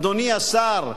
אדוני השר,